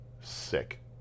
sick